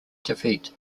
defeat